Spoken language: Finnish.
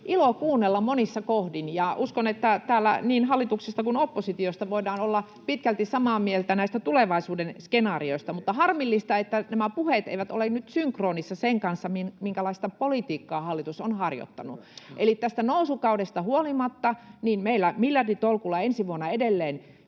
ilo kuunnella monissa kohdin, ja uskon, että täällä niin hallituksesta kuin oppositiosta voidaan olla pitkälti samaa mieltä näistä tulevaisuuden skenaarioista. Mutta on harmillista, että nämä puheet eivät ole nyt synkronissa sen kanssa, minkälaista politiikkaa hallitus on harjoittanut. Eli tästä nousukaudesta huolimatta meillä miljarditolkulla ensi vuonna edelleen